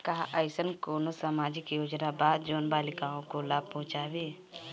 का अइसन कोनो सामाजिक योजना बा जोन बालिकाओं को लाभ पहुँचाए?